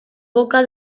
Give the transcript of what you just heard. boca